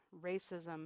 racism